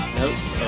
notes